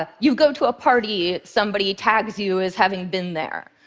ah you go to a party, somebody tags you as having been there.